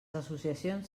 associacions